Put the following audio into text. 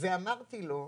ואמרתי לו: